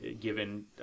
given